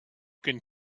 can